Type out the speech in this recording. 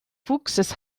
fuchses